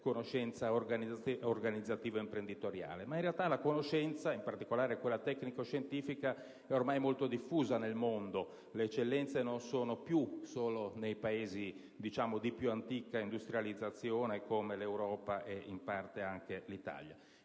o ancora organizzativo-imprenditoriale. In realtà, la conoscenza, in particolare quella tecnico-scientifica, è ormai molto diffusa nel mondo e le eccellenze non sono più solo nei Paesi di più antica industrializzazione come l'Europa ed in parte anche in Italia.